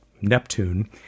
Neptune